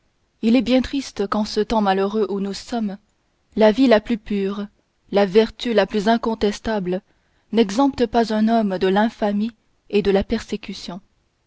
il est bien triste qu'en ce temps malheureux où nous sommes la vie la plus pure la vertu la plus incontestable n'exemptent pas un homme de l'infamie et de la persécution